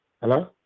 Hello